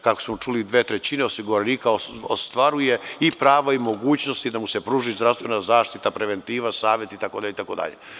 Kako smo čuli, dve trećine osiguranika ostvaruje i prava i mogućnosti da mu se pruži zdravstvena zaštita, preventiva, savet, itd, itd.